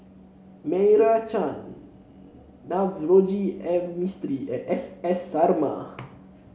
Meira Chand Navroji M Mistri and S S Sarma